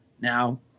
Now